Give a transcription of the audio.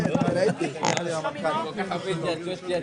מי בעד העברת 36001?